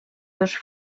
dos